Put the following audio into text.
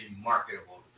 marketable